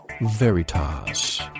Veritas